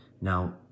Now